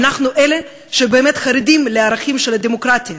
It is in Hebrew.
אנחנו אלה שבאמת חרדים לערכים של הדמוקרטיה,